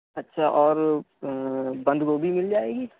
اچھا اور بند گوبھی مل جائے گی